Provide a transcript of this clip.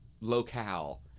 locale